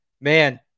Man